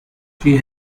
she